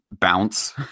bounce